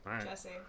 Jesse